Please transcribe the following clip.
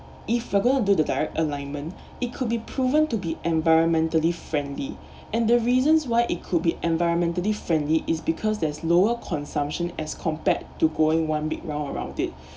if forgo into the direct alignment it could be proven to be environmentally friendly and the reasons why it could be environmentally friendly is because there's lower consumption as compared to going one big round around it